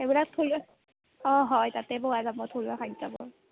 এইবিলাক থলুৱা অঁ হয় তাতে পোৱা যাব থলুৱা খাদ্যবোৰ